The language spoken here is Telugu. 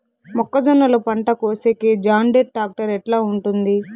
మొక్కజొన్నలు పంట కోసేకి జాన్డీర్ టాక్టర్ ఎట్లా ఉంటుంది?